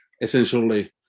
essentially